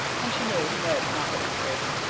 and she made no confidences.